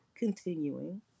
Continuing